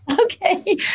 Okay